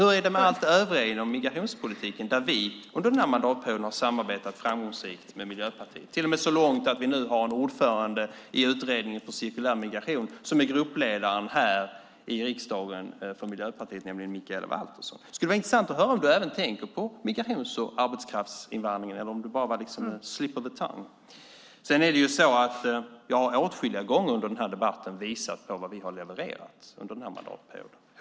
Hur är det med allt det övriga inom migrationspolitiken, där vi under den här mandatperioden har samarbetat framgångsrikt med Miljöpartiet, till och med så långt att vi nu har en ordförande i Utredningen för cirkulär migration som är gruppledare för Miljöpartiet här i riksdagen, nämligen Mikaela Valtersson. Det skulle vara intressant att höra om du även tänker på migrations och arbetskraftsinvandringen så att det bara var en slip of the tongue. Sedan är det ju så att jag åtskilliga gånger under den här debatten har visat på vad vi har levererat under den här mandatperioden.